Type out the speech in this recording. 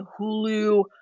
Hulu